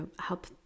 help